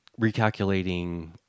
recalculating